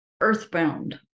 earthbound